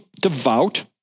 devout